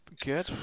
Good